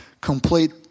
complete